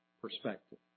perspective